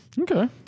Okay